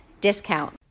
discount